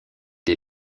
des